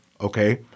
okay